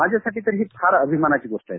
माझा साठी तर ही फार अभिमानची गोष्ट आहे